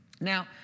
Now